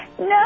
No